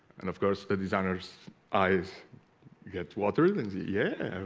and of course the designers eyes get watery lindsay yeah